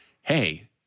hey